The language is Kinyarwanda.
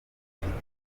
ikibazo